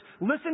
Listen